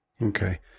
Okay